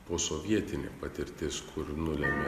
posovietinė patirtis kur nulemia